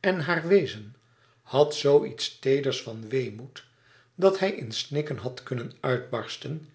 en haar wezen had zoo iets teeders van weemoed dat hij in snikken had kunnen uitbarsten